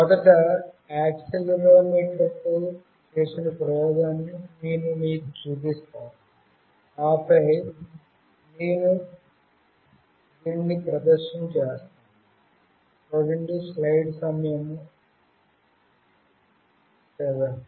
మొదట యాక్సిలెరోమీటర్తో చేసిన ప్రయోగాన్ని నేను మీకు చూపిస్తాను ఆపై నేను ప్రదర్శన చేస్తాను